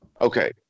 Okay